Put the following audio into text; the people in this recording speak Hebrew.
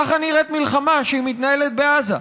ככה נראית מלחמה כשהיא מתנהלת בעזה.